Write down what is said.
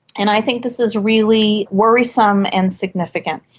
and i think this is really worrisome and significant,